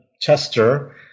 Chester